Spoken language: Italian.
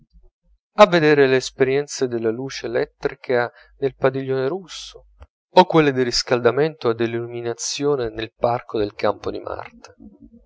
a vedere le esperienze della luce elettrica nel padiglione russo o quelle del riscaldamento e dell'illuminazione nel parco del campo di marte